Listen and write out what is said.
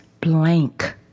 blank